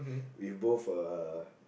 we both uh